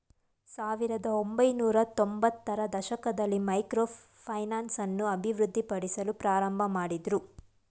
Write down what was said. ಸಾವಿರದ ಒಂಬೈನೂರತ್ತೊಂಭತ್ತ ರ ದಶಕದಲ್ಲಿ ಮೈಕ್ರೋ ಫೈನಾನ್ಸ್ ಅನ್ನು ಅಭಿವೃದ್ಧಿಪಡಿಸಲು ಪ್ರಾರಂಭಮಾಡಿದ್ರು